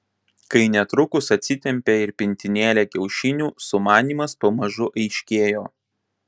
kai netrukus atsitempė ir pintinėlę kiaušinių sumanymas pamažu aiškėjo